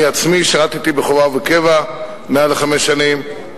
אני עצמי שירתי בחובה ובקבע מעל לחמש שנים,